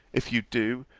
if you do,